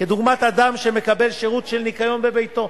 דוגמת אדם שמקבל שירות של ניקיון בביתו.